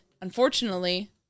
unfortunately